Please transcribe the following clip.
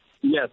Yes